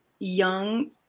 young